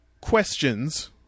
questions